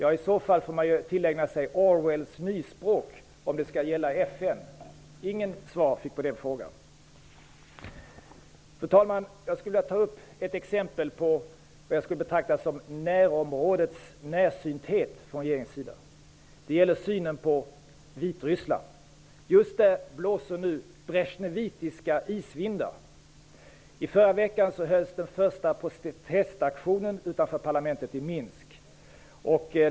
I så fall får man tillägna sig Orwells nyspråk om denna politik skall gälla FN. Inget svar finns på den frågan. Fru talman! Jag skulle vilja ta upp ett exempel på vad jag betraktar som närområdets närsynthet från regeringens sida. Det gäller synen på Vitryssland. Just nu blåser de är Bresjnevitiska isvindar. I förra veckan hölls den första protestaktionen utanför parlamentet i Minsk.